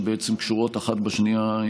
שקשורות אחת בשנייה,